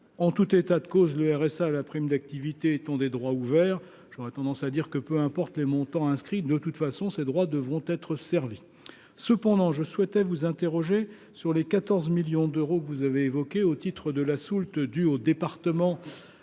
en tout état de cause, le RSA, la prime d'activité étant des droits ouverts, j'aurais tendance à dire que, peu importe les montants inscrits de toute façon ces droits devront être servi, cependant je souhaitais vous interroger sur les 14 millions d'euros que vous avez évoqué au titre de la soulte due au département